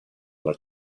alla